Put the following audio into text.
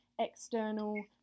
external